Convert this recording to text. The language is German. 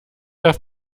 darf